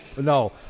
no